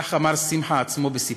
כך אמר שמחה בעצמו בסיפוק.